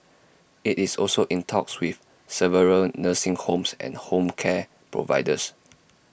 IT is also in talks with several nursing homes and home care providers